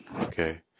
Okay